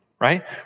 right